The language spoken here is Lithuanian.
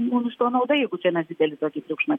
mum iš to nauda jeigu čia mes didelį tokį triukšmą